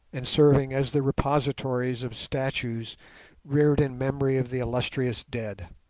and serving as the repositories of statues reared in memory of the illustrious dead.